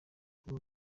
kuba